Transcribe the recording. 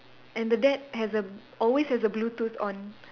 and the dad has a always has a Bluetooth on